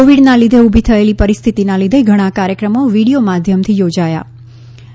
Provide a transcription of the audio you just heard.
કોવિડનાં લીધે ઉભી થયેલી પરિસ્થિતીનાં લીધે ધણા કાર્યક્રમો વિડિયો માધ્યમથી યોજાયા છે